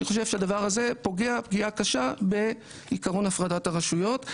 אני חושב שהדבר הזה פוגע פגיעה קשה בעקרון הפרדת הרשויות.